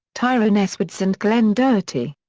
tyrone s. woods and glen doherty.